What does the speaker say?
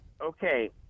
okay